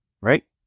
right